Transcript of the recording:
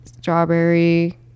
strawberry